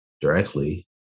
directly